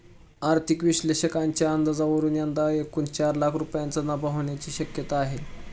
आर्थिक विश्लेषकांच्या अंदाजावरून यंदा एकूण चार लाख रुपयांचा नफा होण्याची शक्यता आहे